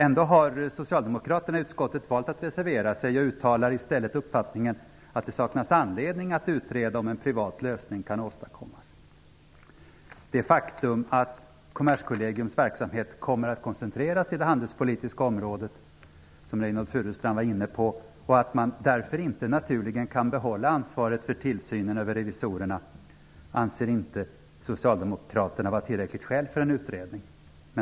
Ändå har socialdemokraterna i utskottet valt att reservera sig och uttalar i stället uppfattningen att det saknas anledning att utreda om en privat lösning kan åstadkommas. Det faktum att Kommerskollegiums verksamhet kommer att koncentreras till det handelspolitiska området, som Reynoldh Furustrand var inne på, och att man därför inte naturligen kan behålla ansvaret för tillsynen över revisorerna anser inte Socialdemokraterna vara ett tillräckligt skäl för en utredning.